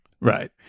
right